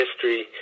history